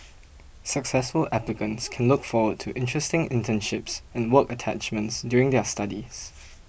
successful applicants can look forward to interesting internships and work attachments during their studies